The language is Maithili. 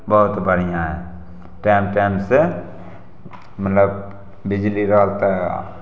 बहुत बढ़िऑं है टाइम टाइम से मतलब बिजली रहल तऽ